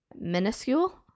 minuscule